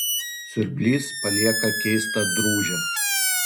siurblys palieka keistą drūžę